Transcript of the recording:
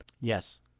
Yes